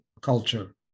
culture